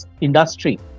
industry